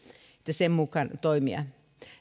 sen mukaan pitäisi toimia